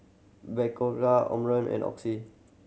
Omron and Oxy